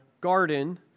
garden